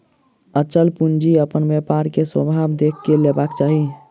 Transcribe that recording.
अचल पूंजी अपन व्यापार के स्वभाव देख के लेबाक चाही